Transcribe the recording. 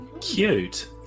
Cute